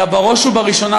אלא בראש ובראשונה,